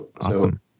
Awesome